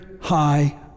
high